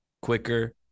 quicker